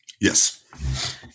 Yes